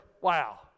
Wow